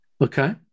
Okay